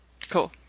Cool